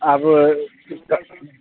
آپ اِس کا